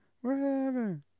wherever